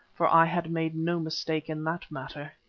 for i had made no mistake in that matter.